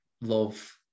love